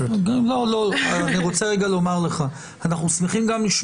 תיקון התוספת 3. בתוספת לתקנות העיקריות במקום